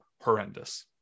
horrendous